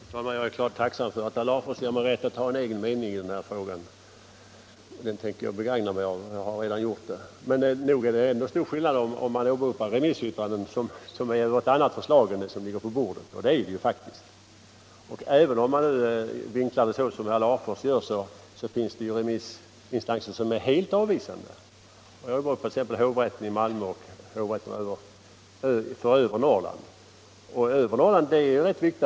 Herr talman! Jag är tacksam för att herr Larfors ger mig rätt att ha en egen mening i den här frågan. Det tänker jag begagna mig av. Nog behandlar remissyttrandena ett annat förslag än det som ligger på bordet. Även om man vinklar det som herr Larfors gör, finns det remissinstanser som är helt avvisande, t.ex. hovrätterna i Malmö och Umeå. Speciellt det senare är viktigt.